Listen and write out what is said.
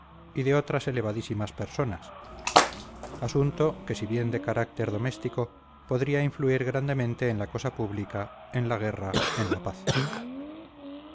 y de otras elevadísimas personas asunto que si bien de carácter doméstico podría influir grandemente en la cosa pública en la guerra en la paz